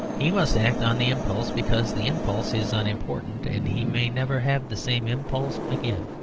he must act on the impulse, because the impulse is unimportant, and he may never have the same impulse again.